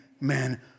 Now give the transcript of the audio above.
man